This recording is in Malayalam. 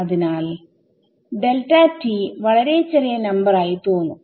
അതിനാൽ വളരെ ചെറിയ നമ്പർ ആയി തോന്നും